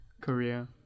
Korea